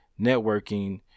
networking